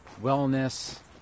wellness